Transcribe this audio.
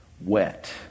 wet